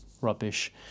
rubbish